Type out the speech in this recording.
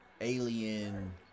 alien